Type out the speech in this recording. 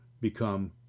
become